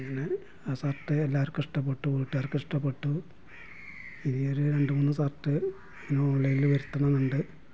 അങ്ങനെ ആ സർട്ട് എലാവർക്കും ഇഷ്ടപ്പെട്ടു വീട്ടുകാർക്കു ഇഷ്ടപ്പെട്ടു ഇനി ഒരു രണ്ടു മൂന്ന് സർട്ട് ഇങ്ങനെ ഓൺലൈന്ൽ വരുത്തണം എന്നുണ്ട്